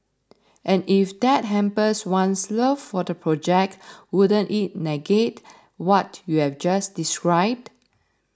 and if that hampers one's love for the subject wouldn't it negate what you've just described